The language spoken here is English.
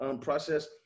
process